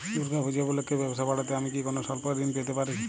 দূর্গা পূজা উপলক্ষে ব্যবসা বাড়াতে আমি কি কোনো স্বল্প ঋণ পেতে পারি?